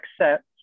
accept